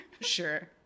Sure